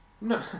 No